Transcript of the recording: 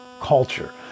culture